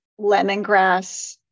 lemongrass